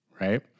right